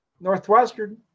Northwestern